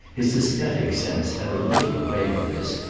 his aesthetic sense had a little to pay for this,